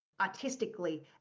artistically